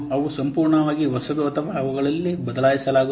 ಅವು ಸಂಪೂರ್ಣವಾಗಿ ಹೊಸದು ಅಥವಾ ಅವುಗಳನ್ನು ಬದಲಾಯಿಸಲಾಗುತ್ತದೆ